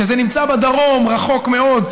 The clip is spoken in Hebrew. שזה נמצא בדרום רחוק מאוד,